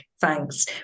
thanks